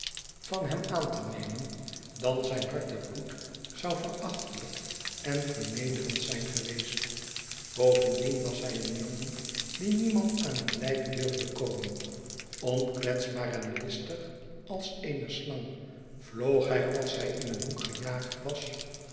van hem aan te nemen dan zijn hartebloed zou verachtelijk en vernederend zijn geweest bovendien was hij een jongen dien niemand aan het lijf durfde komen onkwetsbaar en listig als eene slang vloog hij als hij in een hoek gejaagd was